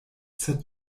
sed